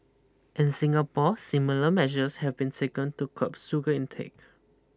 in Singapore similar measures have been taken to curb sugar intake